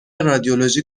رادیولوژی